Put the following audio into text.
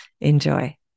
Enjoy